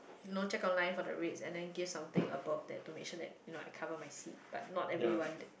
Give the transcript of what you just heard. you know check online for the rates and then give something above that donation that you know like cover my seat but not everyone that